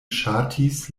ŝatis